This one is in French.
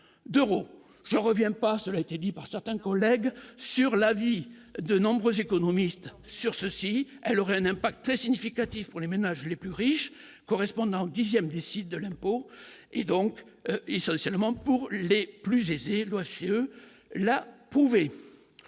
j'en reviens pas seuls, a été dit par certains collègues sur l'avis de nombreux économistes sur ceci : elle aurait un impact très significatif pour les ménages les plus riches correspondant au 10ème décide de l'impôt et donc et socialement pour les plus aisés, l'OSCE la pouvez